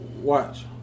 watch